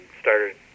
started